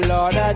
Lord